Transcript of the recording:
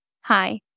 Hi